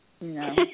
No